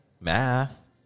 math